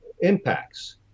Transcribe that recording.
impacts